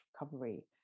recovery